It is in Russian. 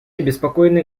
обеспокоены